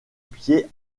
pieds